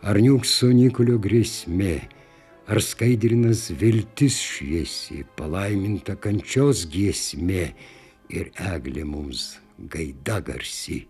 ar niūkso nykulio grėsmė ar skaidrinas viltis šviesi palaiminta kančios giesmė ir eglė mums gaida garsi